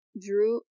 drew